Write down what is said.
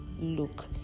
look